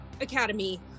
academy